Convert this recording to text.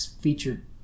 featured